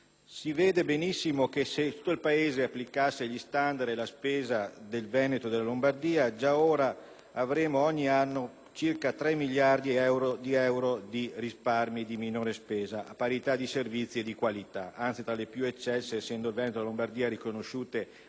Si vede benissimo che se tutto il Paese applicasse gli standard e la spesa del Veneto e della Lombardia già ora avremmo ogni anno circa 3 miliardi di euro di risparmi e di minore spesa a parità di servizi e di qualità, che sarebbero anzi tra i più eccelsi, essendo riconosciuta